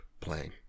playing